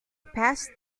passed